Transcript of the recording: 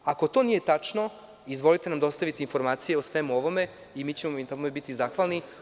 Ako to nije tačno, izvolite i dostavite nam informacije o svemu ovome i mi ćemo vam na tome biti zahvalni.